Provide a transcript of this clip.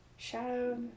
Shadow